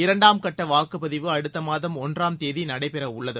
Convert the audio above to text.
இரண்டாம் கட்ட வாக்குப் பதிவு அடுத்த மாதம் ஒன்றாம் தேதி நடைபெறவுள்ளது